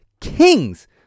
kings